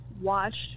watched